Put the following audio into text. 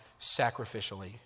sacrificially